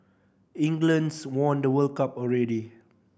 England's won the World Cup already